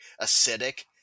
acidic